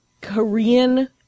Korean